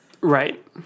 Right